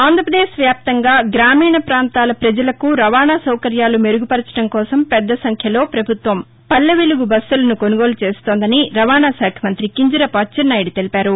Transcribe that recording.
ఆంధ్రపదేశ్ వ్యాప్తంగా గ్రామీణ పాంతాల పజలకు రవాణా సౌకర్యాలు మెరుగుపరచదం కోసం పెద్ద సంఖ్యలో పభుత్వం పల్లె వెలుగు బస్సులను కొనుగోలు చేస్తోందని రవాణా శాఖ మంతి కింజరాపు అచ్చెన్నాయుడు తెలిపారు